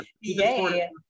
Yay